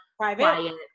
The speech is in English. private